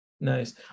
nice